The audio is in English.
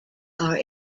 are